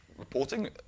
reporting